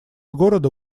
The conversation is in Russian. города